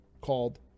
called